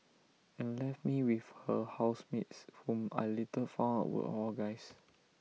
and left me with her housemates whom I later found out were all guys